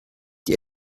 die